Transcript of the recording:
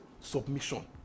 submission